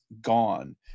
gone